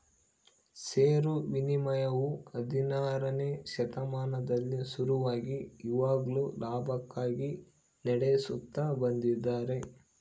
ಷೇರು ವಿನಿಮಯವು ಹದಿನಾರನೆ ಶತಮಾನದಲ್ಲಿ ಶುರುವಾಗಿ ಇವಾಗ್ಲೂ ಲಾಭಕ್ಕಾಗಿ ನಡೆಸುತ್ತ ಬಂದಿದ್ದಾರೆ